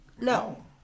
No